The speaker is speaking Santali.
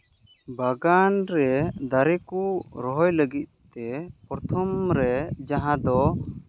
ᱵᱟᱜᱟᱱ ᱨᱮ ᱫᱟᱨᱮ ᱠᱚ ᱨᱚᱦᱚᱭ ᱞᱟᱹᱜᱤᱫ ᱛᱮ ᱯᱨᱚᱛᱷᱚᱢ ᱨᱮ ᱡᱟᱦᱟᱸ ᱫᱚ